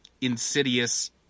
insidious